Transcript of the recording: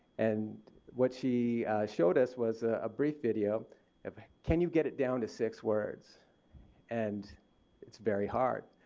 and what she showed us was a brief video of, can you get it down to six words and it's very hard.